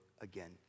again